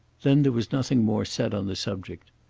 then there was nothing more said on the subject.